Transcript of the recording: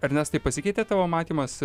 ernestai pasikeitė tavo matymas